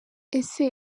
ese